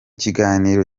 kiganiro